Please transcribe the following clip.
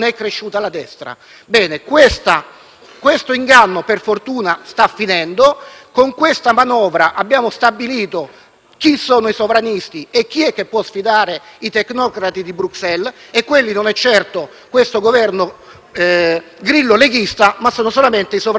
questo inganno per fortuna sta finendo. Con questa manovra abbiamo stabilito chi sono i sovranisti e chi può sfidare i tecnocrati di Bruxelles e non è certo questo Governo grillo-leghista ma solamente i sovranisti di Fratelli d'Italia.